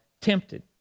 tempted